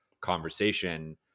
conversation